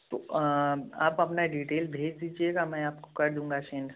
तो आप अपना डीटेल भेज दीजिएगा मैं आपको कर दूँगा सेंड